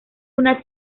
una